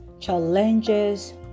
challenges